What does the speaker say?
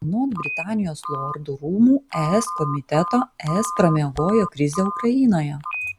anot britanijos lordų rūmų es komiteto es pramiegojo krizę ukrainoje